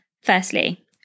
Firstly